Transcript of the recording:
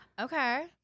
Okay